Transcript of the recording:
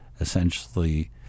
essentially